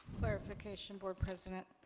clarification, board president.